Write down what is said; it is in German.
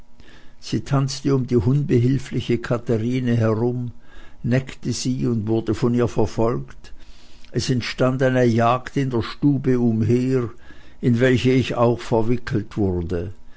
sie tanzte um die unbehilfliche katherine herum neckte sie und wurde von ihr verfolgt es entstand eine jagd in der stube umher in welche ich auch verwickelt wurde